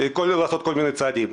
ניתן לעשות כל מיני צעדים.